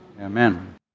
Amen